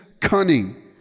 cunning